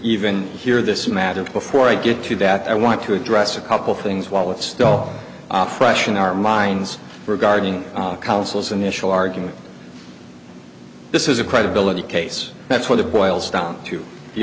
even hear this matter before i get to that i want to address a couple things while it's still fresh in our minds regarding counsel's initial argument this is a credibility case that's what it boils down to the